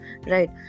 right